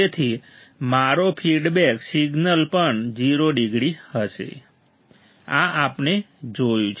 તેથી મારો feedback signal પણ 0 ડિગ્રી હશે આ આપણે જોયું છે